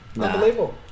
Unbelievable